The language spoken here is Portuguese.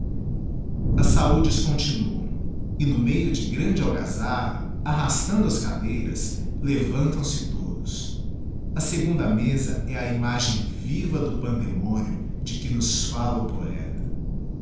as saúdes continuam e no meio de grande algazarra arrastando as cadeiras levantam-se todos a segunda mesa é a imagem viva do pandemo nium de que nos falia o poeta